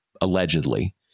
allegedly